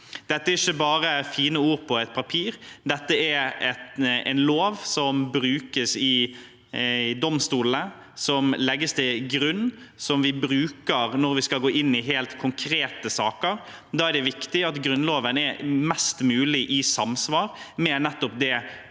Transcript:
Dette er ikke bare fine ord på et papir. Dette er en lov som brukes i domstolene, som legges til grunn, som vi bruker når vi skal gå inn i helt konkrete saker. Da er det viktig at Grunnloven er mest mulig i samsvar med nettopp det